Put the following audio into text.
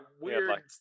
weird